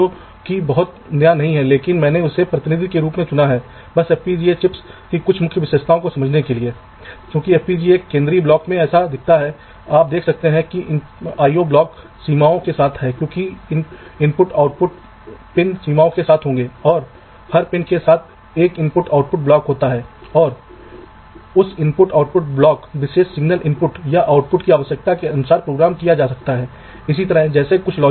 तो जाल को रेल के अनुसार बनाया गया है जो ऊर्ध्वाधर रेखाएं दिखाई गई थीं ये कुछ धातु की परतों पर बनाई गई हैं और धातु की परतें जाल से जुड़ी हुई हैं कुछ इस तरह आप विद्युत लाइनों का एक जाल बनाते हैं और इसी तरह जमीन रेखाएं भी बनाते हैं और वे एक या एक से अधिक धातु की परतों पर उपलब्ध होंगे ताकि ब्लॉक पर जहां भी आपको उनकी आवश्यकता हो आप इसे इन परतों में से किसी एक से ले सकें